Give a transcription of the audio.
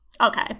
okay